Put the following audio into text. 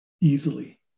easily